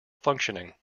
functioning